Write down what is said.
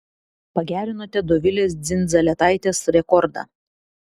pagerinote dovilės dzindzaletaitės rekordą